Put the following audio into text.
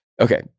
Okay